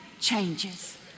changes